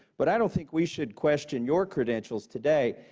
but i don't think we should question your credentials today.